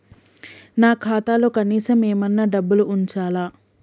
నా ఖాతాలో కనీసం ఏమన్నా డబ్బులు ఉంచాలా?